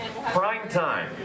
Primetime